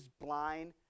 blind